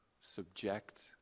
subject